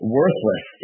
worthless